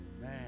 Man